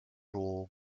rule